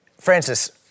Francis